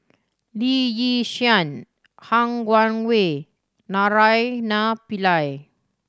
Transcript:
Lee Yi Shyan Han Guangwei Naraina Pillai